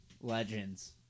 legends